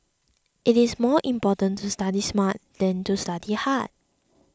it is more important to study smart than to study hard